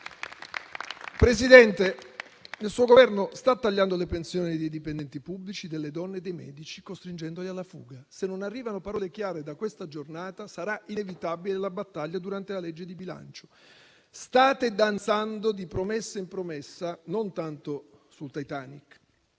Presidente Meloni, il suo Governo sta tagliando le pensioni dei dipendenti pubblici, delle donne e dei medici costringendoli alla fuga. Se non arrivano parole chiare da questa giornata, sarà inevitabile la battaglia durante la legge di bilancio. State danzando, di promessa in promessa, non tanto sul Titanic,